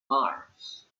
mars